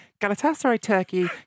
Galatasaray-Turkey